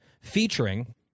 featuring